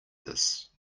this